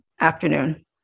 afternoon